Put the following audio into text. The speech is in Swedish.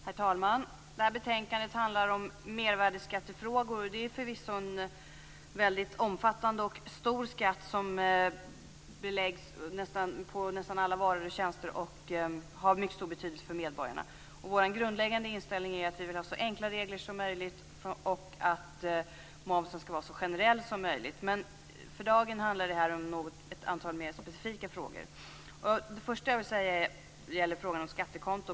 Herr talman! Betänkandet handlar om mervärdesskattefrågor. Det är förvisso en omfattande och stor skatt som beläggs på nästan alla varor och tjänster och har mycket stor betydelse för medborgarna. Vår grundläggande inställning är att vi vill ha så enkla regler som möjligt och att momsen skall vara så generell som möjligt. För dagen handlar detta om något mer specifika frågor. Den första frågan gäller skattekonto.